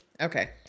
Okay